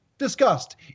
discussed